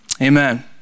Amen